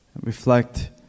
reflect